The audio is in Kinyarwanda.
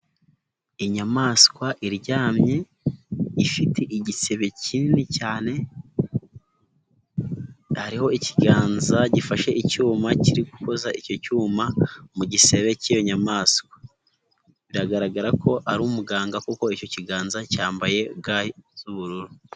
Inyamaswa iryamye, ifite igisebe kinini cyane, hariho ikiganza gifashe icyuma, kiri gukoza icyo cyuma, mu gisebe cy'iyo nyamaswa, biragaragara ko ari umuganga kuko icyo kiganza cyambaye ga z'ubururu.